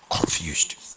confused